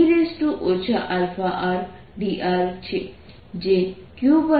34 છે